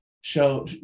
show